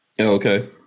Okay